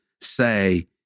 Say